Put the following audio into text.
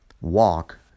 Walk